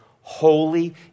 holy